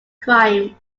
crime